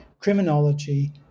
criminology